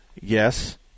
Yes